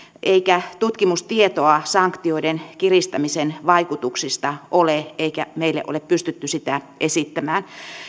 eikä tutkimustietoa sanktioiden kiristämisen vaikutuksista ole eikä meille ole pystytty sitä esittämään